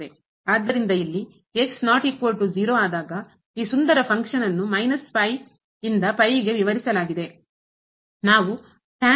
ಆದ್ದರಿಂದ ಇಲ್ಲಿ ಆದಾಗ ಈ ಸುಂದರ ಫಂಕ್ಷನ್ ಅನ್ನು ವಿವರಿಸಲಾಗಿದೆ ಹೊಂದಿದ್ದೇವೆ